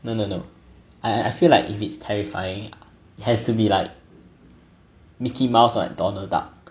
no no no I I feel like if it's terrifying has to be like mickey mouse or like donald duck